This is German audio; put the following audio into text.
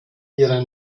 ihre